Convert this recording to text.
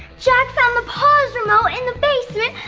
jack found the pause remote in the basement,